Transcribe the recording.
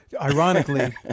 Ironically